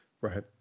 Right